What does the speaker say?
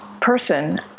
person